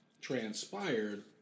transpired